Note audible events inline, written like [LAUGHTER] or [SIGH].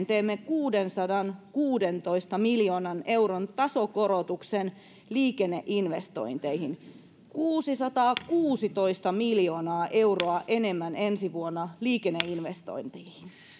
[UNINTELLIGIBLE] teemme kuudensadankuudentoista miljoonan euron tasokorotuksen liikenneinvestointeihin kuusisataakuusitoista miljoonaa euroa enemmän ensi vuonna liikenneinvestointeihin